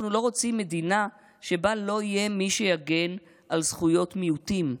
אנחנו לא רוצים מדינה שבה לא יהיה מי שיגן על זכויות מיעוטים,